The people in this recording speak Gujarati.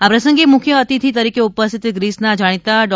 આ પ્રસંગે મુખ્ય અતિથિ તરીકે ઉપસ્થિત ગ્રીસના જાણીતા ડો